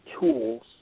tools